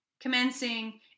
commencing